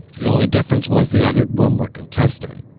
the only difference was they added one more contestant.